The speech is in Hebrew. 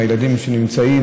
עם הילדים שנמצאים,